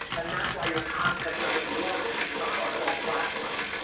and that's why your content doesn't work across all platforms.